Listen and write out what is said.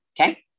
okay